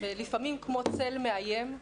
לפעמים כמו צל מאיים,